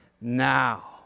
now